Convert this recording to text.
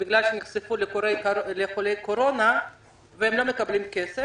בגלל שנחשפו לחולי קורונה לא מקבלים כסף,